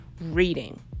reading